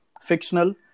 fictional